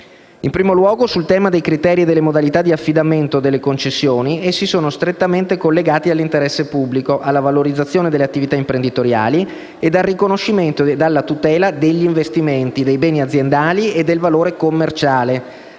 In primo luogo, sul tema dei criteri e delle modalità di affidamento delle concessioni, essi sono strettamente collegati all'interesse pubblico, alla valorizzazione delle attività imprenditoriali e al riconoscimento e alla tutela degli investimenti, dei beni aziendali e del valore commerciale,